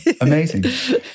amazing